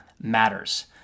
matters